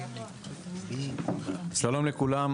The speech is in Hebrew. שלום רב,